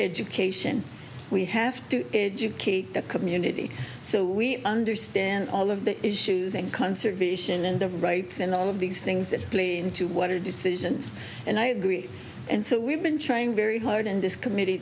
education we have to educate the community so we understand all of the issues and conservation and the rights and all of these things that play into what are decisions and i agree and so we've been trying very hard in this committe